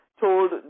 told